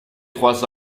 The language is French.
trois